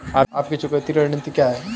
आपकी चुकौती रणनीति क्या है?